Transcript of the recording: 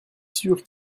sûr